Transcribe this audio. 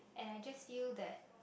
and I just feel that